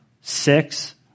six